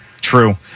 True